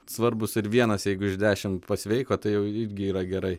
svarbūs ir vienas jeigu iš dešimt pasveiko tai jau irgi yra gerai